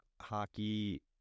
hockey